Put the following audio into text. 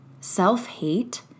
self-hate